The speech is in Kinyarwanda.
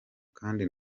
kandi